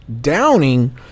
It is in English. downing